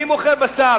מי מוכר בשר?